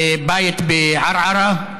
בית בערערה.